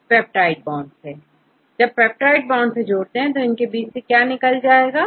छात्र पेप्टाइड इनके बीच में पेप्टाइड बॉन्ड होने पर बाहर क्या निकलेगा